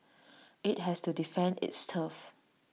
IT has to defend its turf